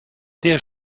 der